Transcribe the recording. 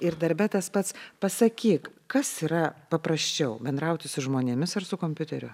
ir darbe tas pats pasakyk kas yra paprasčiau bendrauti su žmonėmis ar su kompiuteriu